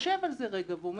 חושב על זה רגע ואומר,